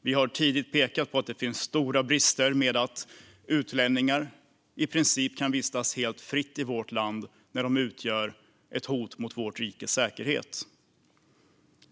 Vi har tidigt pekat på att det finns stora brister med att utlänningar i princip kan vistas helt fritt i vårt land när de utgör ett hot mot vårt rikes säkerhet.